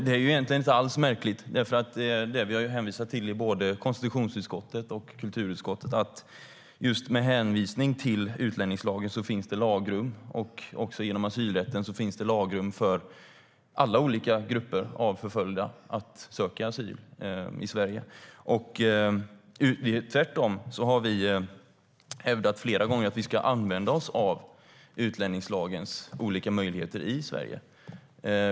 Det är egentligen inte alls märkligt, för det vi har hänvisat till både i konstitutionsutskottet och i kulturutskottet är att det i utlänningslagen - och även i asylrätten - finns lagrum för alla olika grupper av förföljda att söka asyl i Sverige. Tvärtom har vi flera gånger hävdat att vi ska använda oss av utlänningslagens olika möjligheter i Sverige.